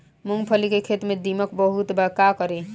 मूंगफली के खेत में दीमक बहुत बा का करी?